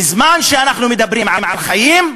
בזמן שאנחנו מדברים על חיים,